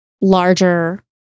larger